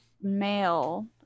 mail